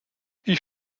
ich